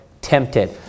tempted